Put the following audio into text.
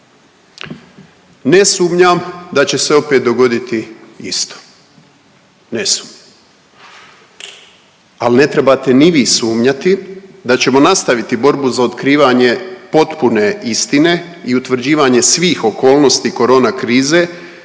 Ne sumnjam da će se opet dogoditi isto. Ne sumnjam al ne trebate ni vi sumnjati da ćemo nastaviti borbu za otkrivanje potpune istine i utvrđivanje svih okolnosti corona krize